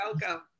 Welcome